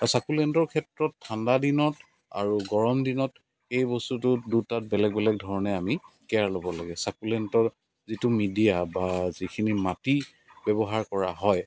আৰু ছাকুলেণ্টৰ ক্ষেত্ৰত ঠাণ্ডা দিনত আৰু গৰম দিনত এই বস্তুটো দুটা বেলেগ বেলেগ ধৰণে আমি কেয়াৰ ল'ব লাগে ছাকুলেণ্টৰ যিটো মিডিয়া বা যিখিনি মাটি ব্যৱহাৰ কৰা হয়